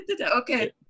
Okay